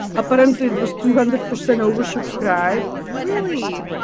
ah but and it was two hundred percent oversubscribed really?